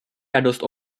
radost